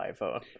iPhone